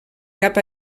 cap